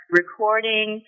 recording